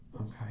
Okay